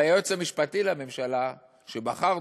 והיועץ המשפטי לממשלה שבחרנו,